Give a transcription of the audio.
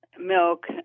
milk